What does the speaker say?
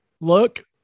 Look